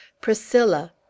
Priscilla